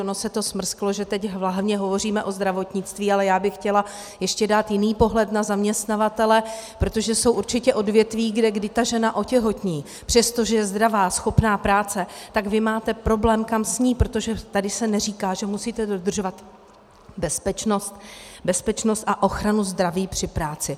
Ono se to smrsklo, že teď hlavně hovoříme o zdravotnictví, ale já bych chtěla ještě dát jiný pohled na zaměstnavatele, protože jsou určitě odvětví, kde kdy žena otěhotní, přestože je zdravá, schopná práce, tak máte problém, kam s ní, protože tady se neříká, že musíte dodržovat bezpečnost a ochranu zdraví při práci.